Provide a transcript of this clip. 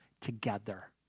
together